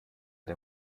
der